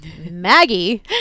Maggie